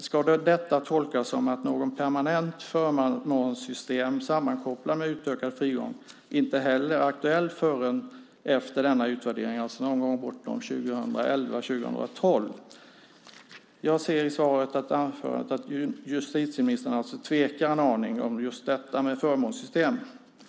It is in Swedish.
Ska detta tolkas så att något permanent förmånssystem sammankopplat med utökad frigång inte är aktuellt förrän efter utvärderingen, alltså någon gång 2011 eller 2012? Av justitieministerns svar framgår att hon tvekar en aning just beträffande förmånssystem.